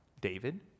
David